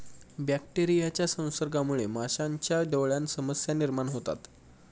बॅक्टेरियाच्या संसर्गामुळे माशांच्या डोळ्यांत समस्या निर्माण होतात